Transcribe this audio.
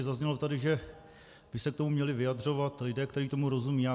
Zaznělo tady, že by se k tomu měli vyjadřovat lidé, kteří tomu rozumějí.